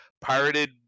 pirated